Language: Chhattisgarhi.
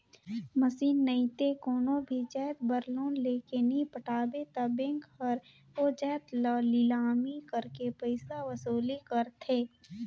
मसीन नइते कोनो भी जाएत बर लोन लेके नी पटाबे ता बेंक हर ओ जाएत ल लिलामी करके पइसा वसूली करथे